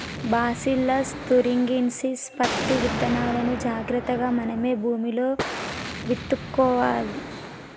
bacillus thuringiensis పత్తి విత్తనాలును జాగ్రత్తగా మనమే భూమిలో విత్తుకోవాలి